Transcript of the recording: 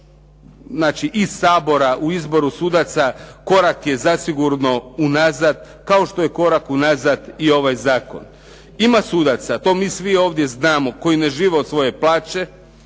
znači i Sabora u izboru sudaca korak je zasigurno unazad, kao što je korak unazad i ovaj zakon. Ima sudaca, to mi svi ovdje znamo, koji ne žive od svoje plaće,